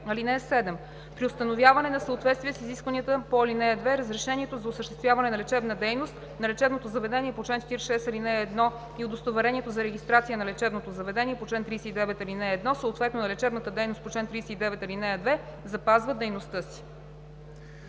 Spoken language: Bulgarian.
2. (7) При установяване на съответствие с изискванията по ал. 2 разрешението за осъществяване на лечебна дейност на лечебното заведение по чл. 46, ал. 1 и удостоверението за регистрация на лечебното заведение по чл. 39, ал. 1, съответно на лечебната дейност по чл. 39, ал. 2, запазва действието си.“